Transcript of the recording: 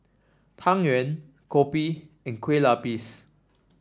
Tang Yuen kopi and Kueh Lapis